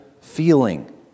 feeling